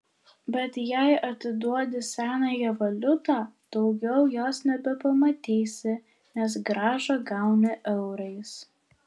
bet jei atiduodi senąją valiutą daugiau jos nebepamatysi nes grąžą gauni eurais